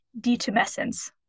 detumescence